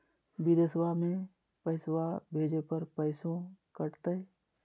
बिदेशवा मे पैसवा भेजे पर पैसों कट तय?